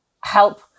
help